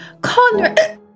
Conrad